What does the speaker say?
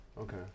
Okay